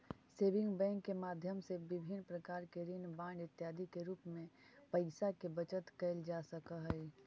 saving bank के माध्यम से विभिन्न प्रकार के ऋण बांड इत्यादि के रूप में पैइसा के बचत कैल जा सकऽ हइ